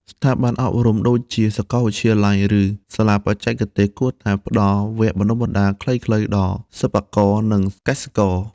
ស្ថាប័នអប់រំដូចជាសាកលវិទ្យាល័យ ឬសាលាបច្ចេកទេសគួរតែផ្តល់វគ្គបណ្តុះបណ្តាលខ្លីៗដល់សិប្បករនិងកសិករ។